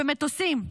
במטוסים.